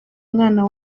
umwana